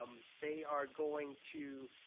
um they are going to